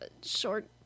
short